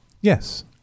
Yes